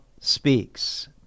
speaks